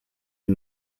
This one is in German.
die